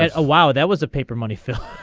and a wow that was a paper money for.